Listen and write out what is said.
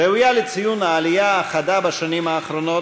ראויה לציון העלייה החדה בשנים האחרונות